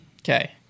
Okay